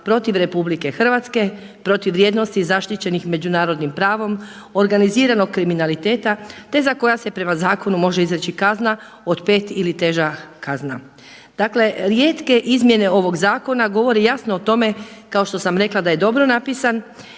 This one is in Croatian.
protiv RH, protiv vrijednosti zaštićenih međunarodnim pravom, organiziranog kriminaliteta te za koja se prema zakonu može izreći kazna od 5 ili teža kazna. Dakle, rijetke izmjene ovog zakona govore jasno o tome kao što sam rekla da je dobro napisan